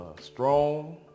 strong